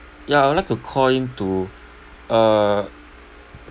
ya I would like to call in to uh